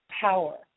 power